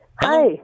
Hi